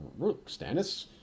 Stannis